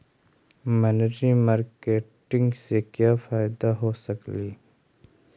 मनरी मारकेटिग से क्या फायदा हो सकेली?